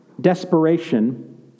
desperation